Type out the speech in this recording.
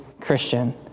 Christian